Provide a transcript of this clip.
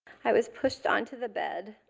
i was pushed onto the bed,